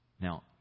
Now